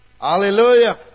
Hallelujah